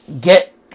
get